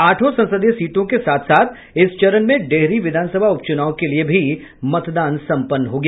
आठो संसदीय सीटों के साथ साथ इस चरण में डेहरी विधानसभा उपचूनाव के लिए भी मतदान सम्पन्न हो गया